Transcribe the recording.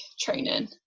training